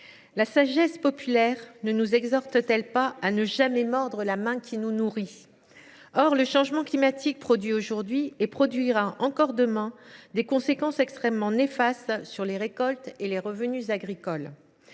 la sagesse populaire ne nous exhorte t elle pas à ne jamais mordre la main qui nous nourrit ? Le changement climatique entraîne aujourd’hui et entraînera encore, demain, des conséquences extrêmement néfastes sur les récoltes et les revenus agricoles.